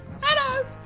Hello